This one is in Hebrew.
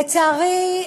לצערי,